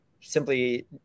simply